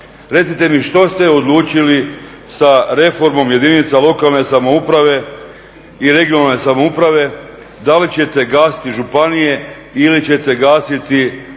Recite mi što ste odlučili sa reformom jedinica lokalne samouprave i regionalne samouprave da li ćete gasiti županije ili ćete gasiti općine